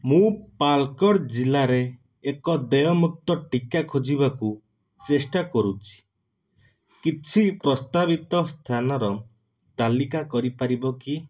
ମୁଁ ପାଲକ୍କଡ଼୍ ଜିଲ୍ଲାରେ ଏକ ଦେୟମୁକ୍ତ ଟିକା ଖୋଜିବାକୁ ଚେଷ୍ଟା କରୁଛି କିଛି ପ୍ରସ୍ତାବିତ ସ୍ଥାନର ତାଲିକା କରିପାରିବ କି